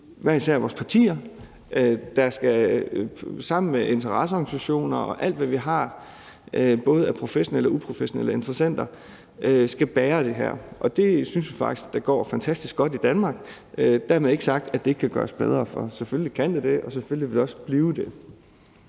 det er vores partier hver især, der sammen med interesseorganisationer og alt, hvad vi har af både professionelle og uprofessionelle interessenter, skal bære det her. Det synes vi faktisk går fantastisk godt i Danmark. Dermed ikke sagt, at det ikke kan gøres bedre, for selvfølgelig kan det det, og selvfølgelig vil det også blive det.